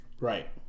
Right